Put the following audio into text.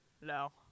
No